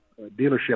dealership